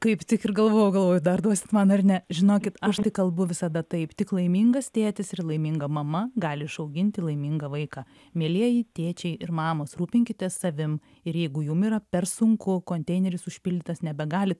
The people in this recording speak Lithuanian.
kaip tik ir galvojau galvoju dar duosit man ar ne žinokit aš tai kalbu visada taip tik laimingas tėtis ir laiminga mama gali išauginti laimingą vaiką mielieji tėčiai ir mamos rūpinkitės savim ir jeigu jum yra per sunku konteineris užpildytas nebegalit